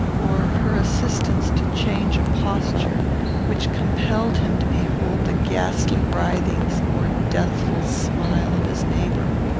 or her assistance to change a posture which compelled him to behold the ghastly writhings or deathful smile of his neighbour.